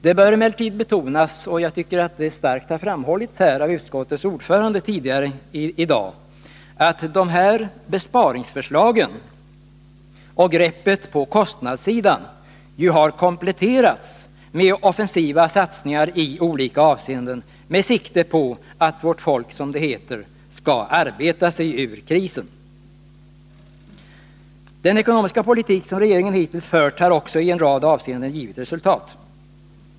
Det bör emellertid betonas — och jag tycker att det starkt har framhållits av utskottets ordförande i dag — att besparingsförslagen och greppet på kostnadssidan har kompletterats med offensiva satsningar i olika avseenden med sikte på att vårt folk skall arbeta sig ur krisen. Den ekonomiska politik som regeringen hittills har fört har också i en rad avseenden givit resultat.